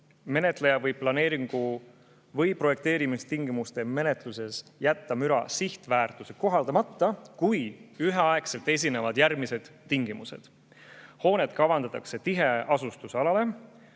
Menetleja võib planeeringu või projekteerimistingimuste menetluses jätta müra sihtväärtuse kohaldamata, kui üheaegselt esinevad järgmised tingimused: 1) hoonet kavandatakse tiheasustusalale;